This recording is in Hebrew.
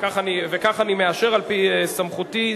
וכך אני מאשר על-פי סמכותי,